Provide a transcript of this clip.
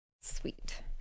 Sweet